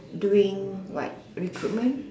during what recruitment